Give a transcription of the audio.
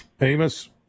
Amos